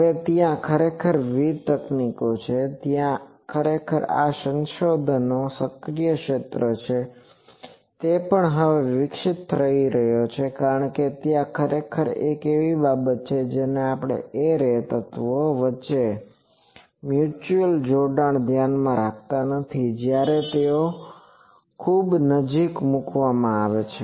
હવે ત્યાં ખરેખર વિવિધ તકનીકો છે ત્યાં ખરેખર આ સંશોધનનો સક્રિય ક્ષેત્ર છે તે પણ હવે વિકસિત થઈ રહ્યો છે કારણ કે ત્યાં ખરેખર એક એવી બાબત છે જેને આપણે એરે તત્વો વચ્ચે મ્યુચ્યુઅલ જોડાણ ધ્યાનમાં રાખતા નથી જ્યારે તેઓ નજીકથી મૂકવામાં આવે છે